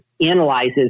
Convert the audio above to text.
analyzes